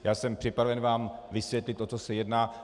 Já jsem připraven vám vysvětlit, o co se jedná.